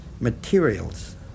materials